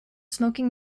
smoking